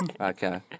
Okay